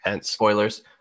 spoilers